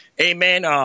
Amen